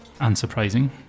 Unsurprising